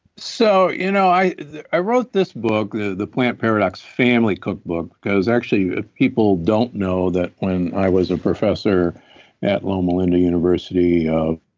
so you know i i wrote this book, the the plant paradox, family cookbook because actually, people don't know that when i was a professor at loma linda university of